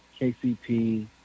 KCP